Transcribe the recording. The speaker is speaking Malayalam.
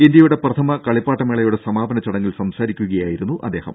ഇന്ത്യയുടെ പ്രഥമ കളിപ്പാട്ട മേളയുടെ സമാപന ചടങ്ങിൽ സംസാരിക്കുകയായിരുന്നു അദ്ദേഹം